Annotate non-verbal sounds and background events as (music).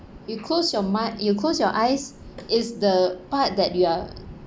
you close your mind you close your eyes is the part that you are (noise)